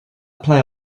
play